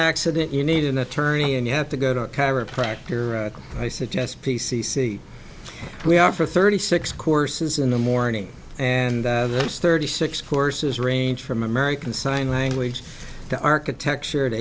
accident you need an attorney and you have to go to a chiropractor i suggest p c c we offer thirty six courses in the morning and that's thirty six courses range from american sign language to architecture to